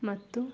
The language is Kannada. ಮತ್ತು